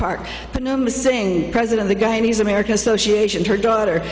park but no missing president the guy and he's american association her daughter